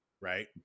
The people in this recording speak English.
right